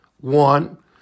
one